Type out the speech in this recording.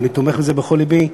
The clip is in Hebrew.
ואני תומך בזה בכל לבי.